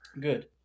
Good